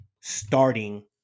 starting